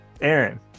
Aaron